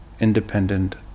independent